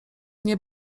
nie